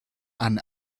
ein